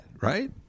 right